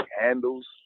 handles